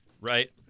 right